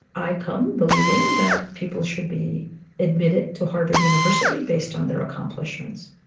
i come believing that people should be admitted to harvard university based on their accomplishments.